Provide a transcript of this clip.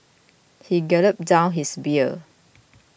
he gulped down his beer